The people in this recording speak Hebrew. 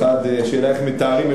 והשאלה היא איך מתארים,